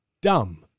dumb